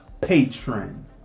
patron